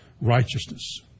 righteousness